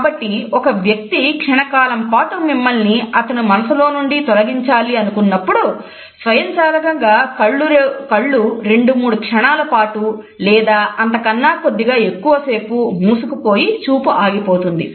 కాబట్టి ఒక వ్యక్తి క్షణకాలం పాటు మిమ్మల్ని అతని మనసులో నుండి తొలగించాలి అనుకున్నప్పుడు స్వయంచాలకంగా కళ్ళు రెండు మూడు క్షణాల పాటు లేదా అంతకన్నా కొద్దిగా ఎక్కువ సేపు మూసుకుపోయి చూపు ఆగిపోతుంది